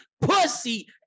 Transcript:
Pussy